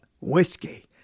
whiskey